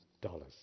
dollars